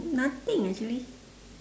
nothing actually